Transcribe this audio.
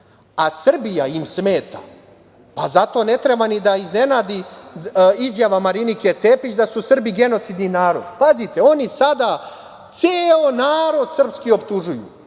Srbija im smeta. Zato ne treba ni da iznenadi izjava Marinike Tepić da su Srbi genocidni narod. Pazite, oni sada ceo narod srpski optužuju.